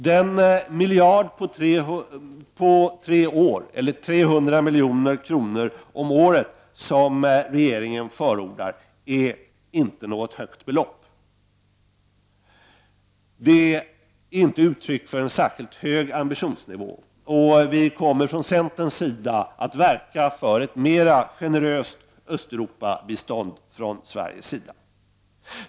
De 300 miljoner om året som regeringen förordar är inte något högt belopp. Det ger inte uttryck för en särskilt hög ambitionsnivå. Vi i centern kommer att verka för ett mera generöst Östeuropabistånd från Sveriges sida.